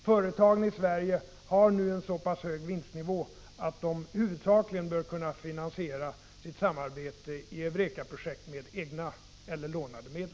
Företagen i Sverige har nu en så pass hög vinstnivå att de bör kunna finansiera sitt samarbete i EUREKA-projekt med huvudsakligen egna eller lånade medel.